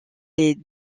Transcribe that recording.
les